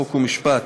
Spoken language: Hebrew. חוק ומשפט